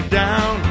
down